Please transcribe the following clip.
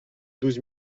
douze